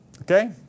Okay